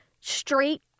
straight